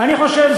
ואני חושב,